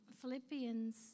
Philippians